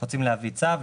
אנחנו רוצים להביא צו,